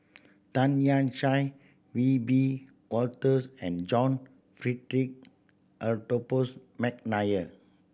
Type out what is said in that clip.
Tan Lian Chye We be Wolters and John Frederick Adolphus McNair